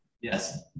Yes